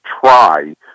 try